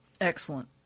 Excellent